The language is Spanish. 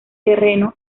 terreno